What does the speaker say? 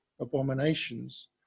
abominations